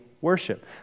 worship